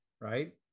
right